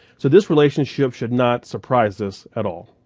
so this relationship should not surprise us at all.